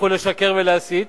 ימשיכו לשקר ולהסית.